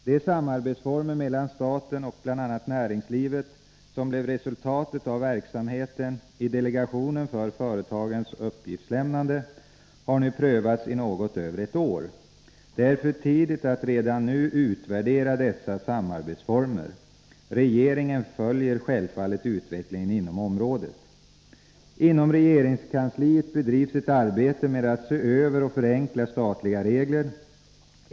De samarbetsformer mellan staten och bl.a. näringslivet som blev resultatet av verksamheten i delegationen för företagens uppgiftslämnande har nu prövats i något över ett år. Det är för tidigt att redan nu utvärdera dessa samarbetsformer. Regeringen följer självfallet utvecklingen inom området. Inom regeringskansliet bedrivs ett arbete med att se över och förenkla statliga regler.